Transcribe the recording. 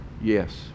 Yes